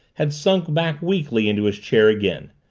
had sunk back weakly into his chair again,